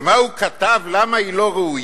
ומה הוא כתב, למה היא לא ראויה?